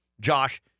Josh